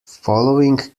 following